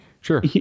sure